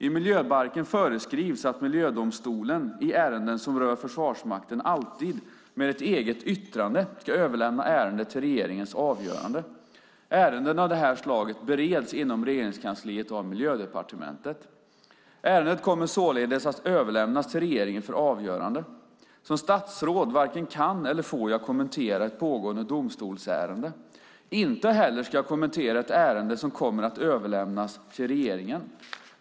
I miljöbalken föreskrivs att Miljödomstolen i ärenden som rör Försvarsmakten alltid, med ett eget yttrande, ska överlämna ärendet till regeringens avgörande. Ärenden av detta slag bereds inom Regeringskansliet av Miljödepartementet. Ärendet kommer således att överlämnas till regeringen för avgörande. Som statsråd varken kan eller får jag kommentera ett pågående domstolsärende. Inte heller ska jag kommentera ett ärende som kommer att överlämnas till regeringen.